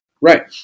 Right